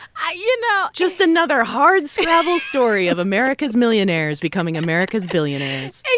ah you know. just another hardscrabble story. of america's millionaires becoming america's billionaires